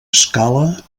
escala